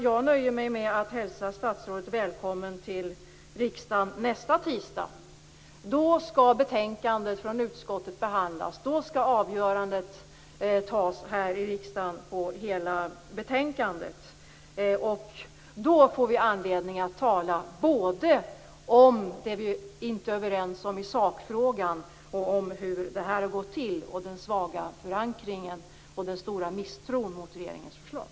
Jag nöjer mig med att hälsa statsrådet välkommen till riksdagen nästa tisdag. Betänkandet från utskottet kommer då att behandlas, och det avgörande beslutet kommer att fattas i riksdagen om hela betänkandet. Då får vi anledning att tala både om det vi inte är överens om i sakfrågan och om hur ärendet beretts och den svaga förankringen och den stora misstron mot regeringens förslag.